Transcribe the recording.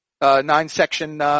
nine-section